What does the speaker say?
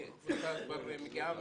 הן כבר בבית, אני מדבר על